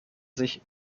sich